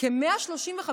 כ-135 שופטים,